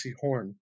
Horn